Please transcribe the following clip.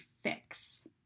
fix